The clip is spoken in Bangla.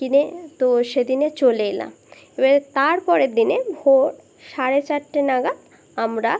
কিনে তো সেদিনে চলে এলাম এবার তারপরের দিনে ভোর সাড়ে চারটে নাগাদ আমরা